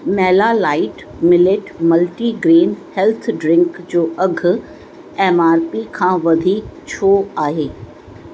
मेला light millet multigrain health drink जो अघु MRP खां वधीक छो आहे